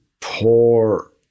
poor